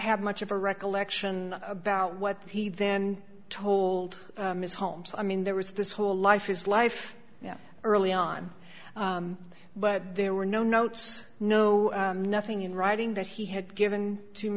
have much of a recollection about what he then told ms holmes i mean there was this whole life is life early on but there were no notes no nothing in writing that he had given to m